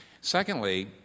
Secondly